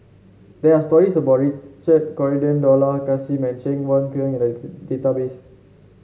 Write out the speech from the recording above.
there are stories about Richard Corridon Dollah Kassim and Cheng Wai Keung in the database